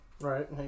right